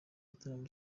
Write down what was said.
gitaramo